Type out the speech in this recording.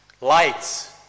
lights